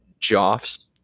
Joffs